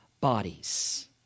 bodies